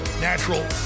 natural